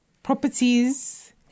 Properties